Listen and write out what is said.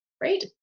right